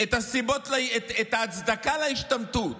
את ההצדקה להשתמטות: